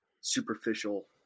superficial